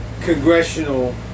congressional